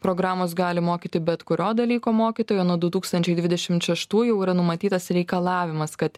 programos gali mokyti bet kurio dalyko mokytojai o nuo du tūkstančiai dvidešimt šeštų jau yra numatytas reikalavimas kad